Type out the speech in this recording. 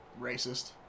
racist